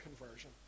conversion